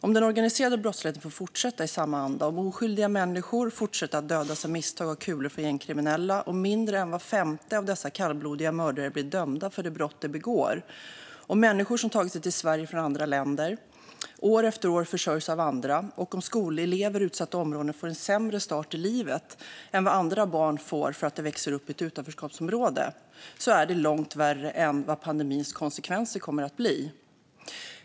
Om den organiserade brottsligheten får fortsätta i samma anda, om oskyldiga människor fortsätter att dödas av misstag av kulor från gängkriminella, om mindre än var femte av dessa kallblodiga mördare blir dömda för de brott de begår, om människor som tagit sig till Sverige från andra länder år efter år försörjs av andra och om skolelever i utsatta områden får en sämre start i livet än vad andra barn får för att de växer upp i ett utanförskapsområde är det långt värre än vad pandemins konsekvenser kommer att bli.